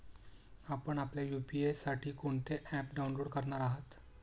आपण आपल्या यू.पी.आय साठी कोणते ॲप डाउनलोड करणार आहात?